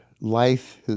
life